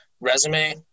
resume